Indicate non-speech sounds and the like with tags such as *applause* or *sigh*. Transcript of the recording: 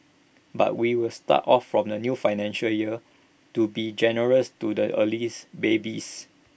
but we will start of from the new financial year to be generous to the early *unintelligible* babies